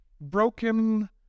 Broken